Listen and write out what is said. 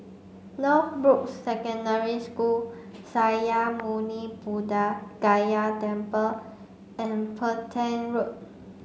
Northbrooks Secondary School Sakya Muni Buddha Gaya Temple and Petain Road